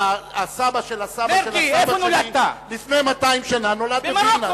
אני מודה שהסבא של הסבא של הסבא שלי לפני 200 שנה נולד בווילנה,